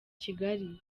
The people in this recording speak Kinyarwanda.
kigali